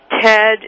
Ted